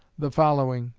the following,